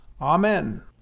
Amen